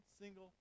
single